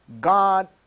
god